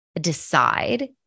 decide